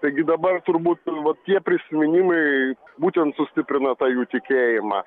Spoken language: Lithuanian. taigi dabar turbūt vat tie prisiminimai būtent sustiprina tą jų tikėjimą